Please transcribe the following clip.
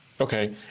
okay